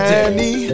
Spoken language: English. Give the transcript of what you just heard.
Danny